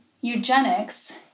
eugenics